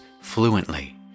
fluently